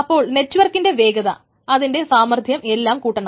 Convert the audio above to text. അപ്പോൾ നെറ്റ്വർക്കിന്റെ വേഗത അതിൻറെ സാമർത്ഥ്യം എല്ലാം കൂട്ടണം